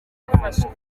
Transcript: afashwe